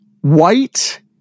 white